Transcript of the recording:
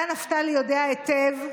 אתה, נפתלי, יודע היטב,